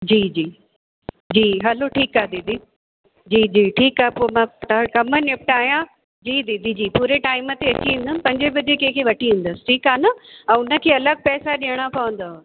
जी जी जी हलो ठीकु आहे दीदी जी जी ठीकु आहे पोइ मां ट कम निपिटायां जी दीदी जी पूरे टाईम ते अची वेंदमि पंजे बजे कंहिंखे वठी इंदसि ठीकु आहे न ऐं उनखे अलॻि पैसा ॾियणा पवंदव